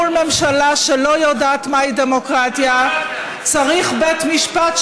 מול ממשלה שלא יודעת מהי דמוקרטיה צריך בית משפט,